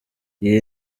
iyi